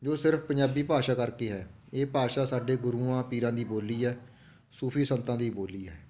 ਜੋ ਸਿਰਫ ਪੰਜਾਬੀ ਭਾਸ਼ਾ ਕਰਕੇ ਹੈ ਇਹ ਭਾਸ਼ਾ ਸਾਡੇ ਗੁਰੂਆਂ ਪੀਰਾਂ ਦੀ ਬੋਲੀ ਹੈ ਸੂਫੀ ਸੰਤਾਂ ਦੀ ਬੋਲੀ ਹੈ